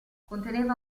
conteneva